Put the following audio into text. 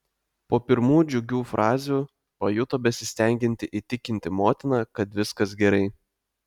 po pirmų džiugių frazių pajuto besistengianti įtikinti motiną kad viskas gerai